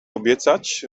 obiecać